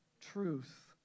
truth